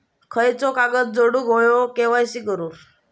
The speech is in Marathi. खयचो कागद जोडुक होयो के.वाय.सी करूक?